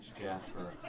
Jasper